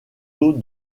eaux